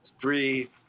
three